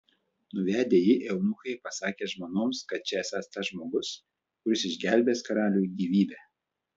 nuvedę jį eunuchai pasakė žmonoms kad čia esąs tas žmogus kuris išgelbėjęs karaliui gyvybę